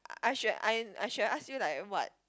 I should I should have asked you like what